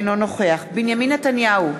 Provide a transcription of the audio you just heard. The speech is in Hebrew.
אינו נוכח בנימין נתניהו,